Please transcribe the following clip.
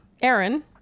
Aaron